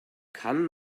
kann